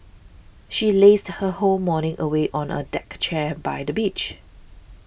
she lazed her whole morning away on a deck chair by the beach